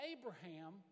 Abraham